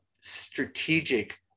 strategic